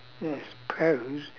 ya I suppose